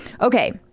okay